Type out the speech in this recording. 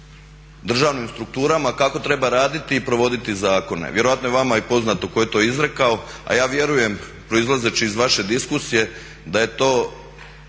državnim strukturama kako treba raditi i provoditi zakone. Vjerojatno je vama i poznato tko je to izrekao, a vjerujem proizlazeći iz vaše diskusije da je to